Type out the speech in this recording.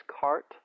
cart